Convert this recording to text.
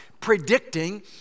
predicting